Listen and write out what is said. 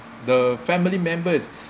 the family members